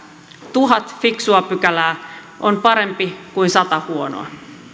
tuhat fiksua pykälää on parempi kuin sata huonoa